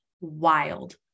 Wild